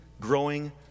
growing